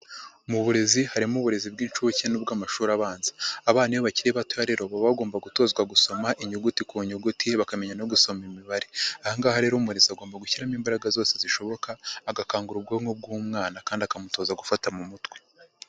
Mu burezi harimo uburezi bw'inshuke n'ubw'amashuri abanza, abana iyo bakiri bato rero baba bagomba gutozwa gusoma inyuguti ku nyuguti bakamenya no gusoma imibare, aha ngaha rero umurezi aba agomba gushyiramo imbaraga zose zishoboka agakangura ubwonko bw'umwana kandi akamutoza gufata mu mutwe.